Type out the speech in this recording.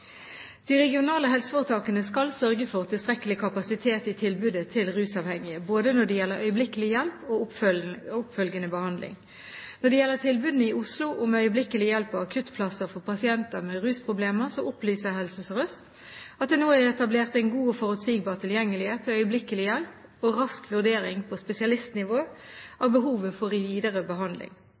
De regionale helseforetakene skal sørge for tilstrekkelig kapasitet i tilbudet til rusavhengige, både når det gjelder øyeblikkelig hjelp og oppfølgende behandling. Når det gjelder tilbudene i Oslo om øyeblikkelig hjelp og akuttplasser for pasienter med rusproblemer, opplyser Helse Sør-Øst at det nå er etablert en god og forutsigbar tilgjengelighet til øyeblikkelig hjelp og rask vurdering på spesialistnivå av behovet for videre behandling.